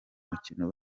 mukino